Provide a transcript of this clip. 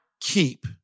keep